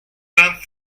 than